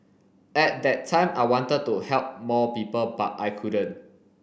at that time I wanted to help more people but I couldn't